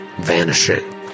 vanishing